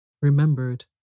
remembered